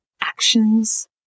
actions